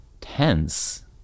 tense